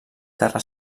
terra